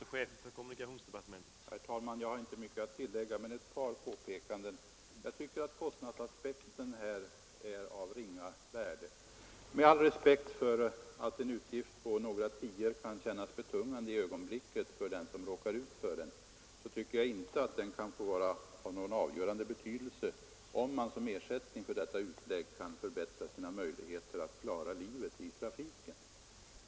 Herr talman! Jag har inte mycket att tillägga, men ett par påpekanden vill jag göra. Det första är att kostnadsaspekten enligt min mening här är av ringa värde. Med all respekt för att en utgift på några tior kan kännas betungande för ögonblicket för den som råkar ut för den tycker jag inte att det kan få ha någon avgörande betydelse, om man som ersättning för detta utlägg kan förbättra sina möjligheter att klara livet i trafiken.